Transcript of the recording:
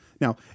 Now